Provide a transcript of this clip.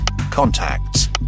contacts